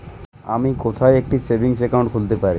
আমি কোথায় একটি সেভিংস অ্যাকাউন্ট খুলতে পারি?